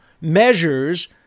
measures